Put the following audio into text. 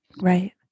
right